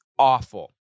awful